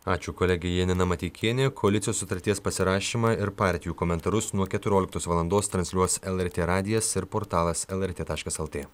ačiū kolegė janina mateikienė koalicijos sutarties pasirašymą ir partijų komentarus nuo keturioliktos valandos transliuos lrt radijas ir portalas lrt taškas lt